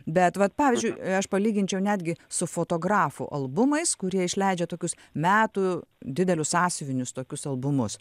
bet vat pavyzdžiui aš palyginčiau netgi su fotografų albumais kurie išleidžia tokius metų didelius sąsiuvinius tokius albumus